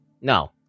No